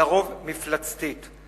לרוב מפלצתית,